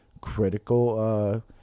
critical